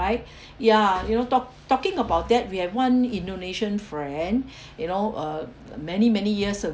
ya you know talk talking about that we have one indonesian friend you know uh many many years ago